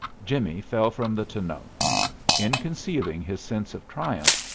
jimmie fell from the tonneau. in concealing his sense of triumph,